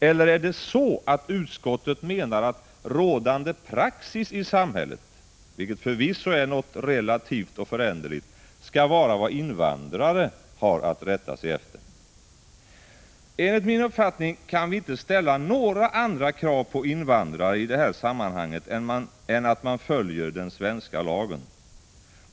Eller menar utskottet att rådande praxis i samhället, vilket förvisso är något relativt och föränderligt, skall vara vad invandrare har att rätta sig efter? Enligt min uppfattning kan vi inte ställa några andra krav på invandrare i det här sammanhanget än att man följer den svenska lagen.